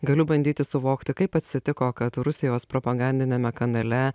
galiu bandyti suvokti kaip atsitiko kad rusijos propagandiniame kanale